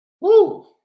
Woo